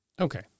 Okay